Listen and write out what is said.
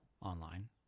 online